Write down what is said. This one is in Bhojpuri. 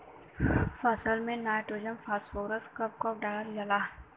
फसल में नाइट्रोजन फास्फोरस कब कब डालल जाला?